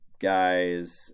guys